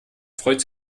freut